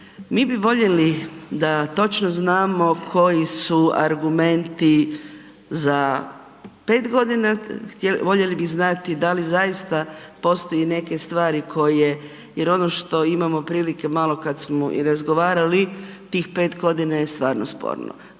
Mi bi voljeli da točno znamo koji su argumenti za 5 godina. Voljeli bi znati da li zaista postoje neke stvari koje, jer ono što imamo prilike malo i kad smo i razgovarali tih 5 godina je stvarno sporno.